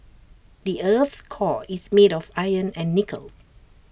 the Earth's core is made of iron and nickel